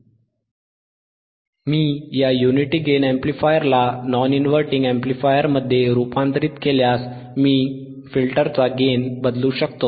Av 1RfRin मी या unity gain अॅम्प्लिफायरला नॉन इनव्हर्टिंग अॅम्प्लिफायरमध्ये रूपांतरित केल्यास मी फिल्टरचा गेन बदलू शकतो